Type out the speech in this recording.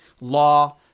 law